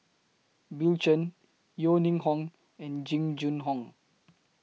Bill Chen Yeo Ning Hong and Jing Jun Hong